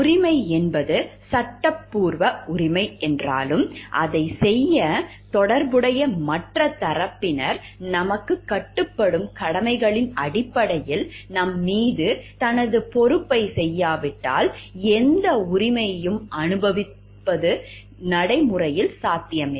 உரிமை என்பது சட்டப்பூர்வ உரிமை என்றாலும் அதைச் செய்யத் தொடர்புடைய மற்ற தரப்பினர் நமக்குக் கட்டுப்படும் கடமைகளின் அடிப்படையில் நம்மீது தனது பொறுப்பைச் செய்யாவிட்டால் எந்த உரிமையையும் அனுபவிப்பது நடைமுறையில் சாத்தியமில்லை